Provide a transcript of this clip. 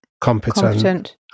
Competent